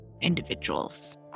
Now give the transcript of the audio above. individuals